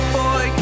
boy